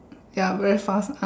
carry on